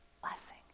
blessing